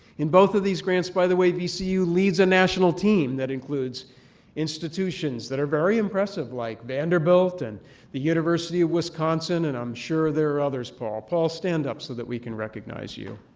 in both of these grants, by the way, vcu leads a national team that includes institutions that are very impressive like vanderbilt and the university of wisconsin and i'm sure there are others, paul. paul, stand up so that we can recognize you.